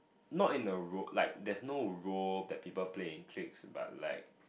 not in the ro~ like there's no role that people play in cliques but like